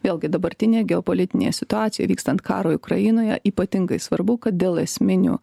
vėlgi dabartinėj geopolitinėje situacijoj vykstant karui ukrainoje ypatingai svarbu kad dėl esminių